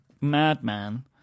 madman